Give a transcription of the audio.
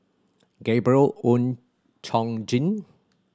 Gabriel Oon Chong Jin